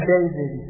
David